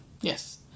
Yes